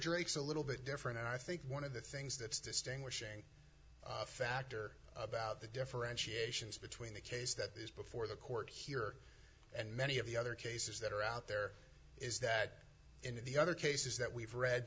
drakes a little bit different and i think one of the things that's distinguishing factor about the differentiation between the case that is before the court here and many of the other cases that are out there is that in the other cases that we've read